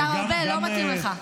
השר ארבל, לא מתאים לך,